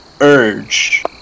urge